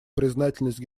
признательность